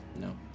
No